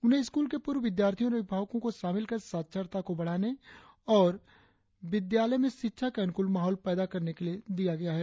उन्हें स्कूल के पूर्व विद्यार्थियों और अभिभावकों को शामिल कर साक्षरता दर को बढ़ाने और विद्यालय में शिक्षा के अनुकूल माहौल पैदा करने के लिए दिया गया है